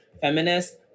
feminist